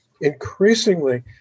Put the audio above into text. Increasingly